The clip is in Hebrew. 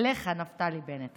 אליך, נפתלי בנט.